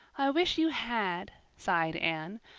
wish you had, sighed anne,